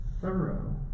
Thorough